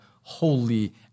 holy